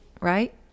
right